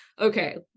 okay